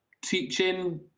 teaching